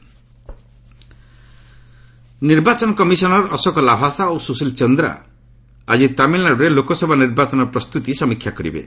EC TN ନିର୍ବାଚନ commissioner Ashok Lavasa ଓ ସୁଶୀଲ ଚନ୍ଦ୍ରା ଆଜି ତାମିଲନାଡୁରେ ଲୋକସଭା ନିର୍ବାଚନ ପ୍ରସ୍ତୁତି ସମୀକ୍ଷା କରିବେ